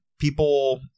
people